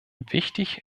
wichtig